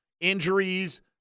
injuries